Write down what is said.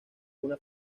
una